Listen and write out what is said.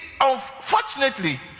unfortunately